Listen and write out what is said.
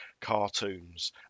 cartoons